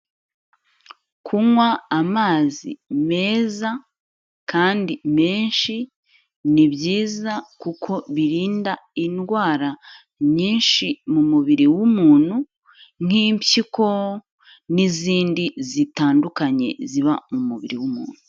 Kunywa amazi meza kandi menshi ni byiza kuko birinda indwara nyinshi mu mubiri w'umuntu, nk'impyiko n'izindi zitandukanye ziba mu mubiri w'umuntu.